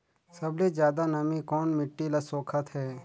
सबले ज्यादा नमी कोन मिट्टी ल सोखत हे?